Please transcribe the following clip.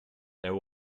there